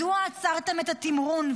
מדוע עצרתם את התמרון,